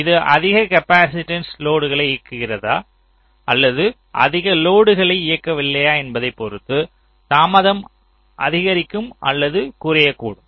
இது அதிக காப்பாசிட்டன்ஸ் லோடுகளை இயக்குகிறதா அல்லது அதிக லோடுகளை இயக்கவில்லையா என்பதைப் பொறுத்து தாமதம் அதிகரிக்கும் அல்லது குறையக்கூடும்